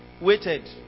waited